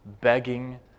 begging